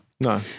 no